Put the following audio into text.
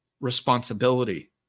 responsibility